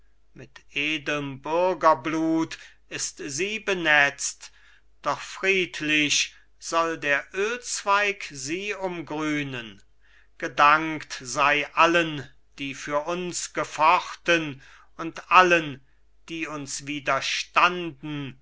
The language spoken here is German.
mit edelm bürgerblut ist sie benetzt doch friedlich soll der ölzweig sie umgrünen gedankt sei allen die für uns gefochten und allen die uns